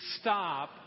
Stop